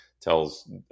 tells